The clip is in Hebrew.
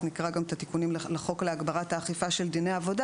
גם נקרא את התיקונים לחוק להגברת האכיפה של דיני העבודה